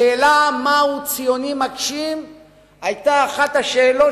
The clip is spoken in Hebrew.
השאלה מהו ציוני מגשים היתה אחת השאלות